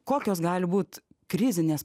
kokios gali būt krizinės